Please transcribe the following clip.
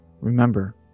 Remember